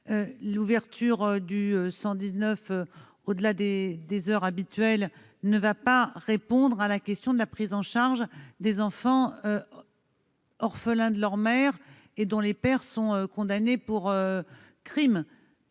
L'ouverture du 119 au-delà des heures habituelles ne va pas répondre à la question de la prise en charge des enfants orphelins de mère et dont le père est condamné pour crime.